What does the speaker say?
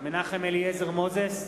מנחם אליעזר מוזס,